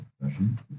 profession